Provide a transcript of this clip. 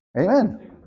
Amen